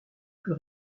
plus